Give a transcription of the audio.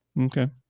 Okay